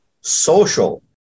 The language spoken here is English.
social